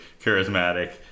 charismatic